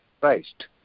Christ